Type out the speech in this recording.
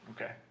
Okay